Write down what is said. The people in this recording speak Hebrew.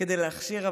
כדי להכשיר עבריין.